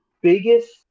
biggest